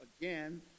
again